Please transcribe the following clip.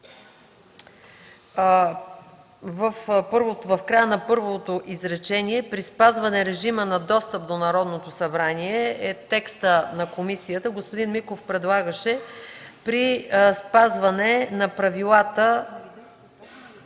в края на първото изречение „при спазване режима на достъп до Народното събрание” – е текстът на комисията, господин Миков предлагаше „при спазване на реда,